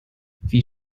wie